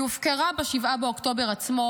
היא הופקרה ב-7 באוקטובר עצמו,